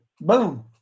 boom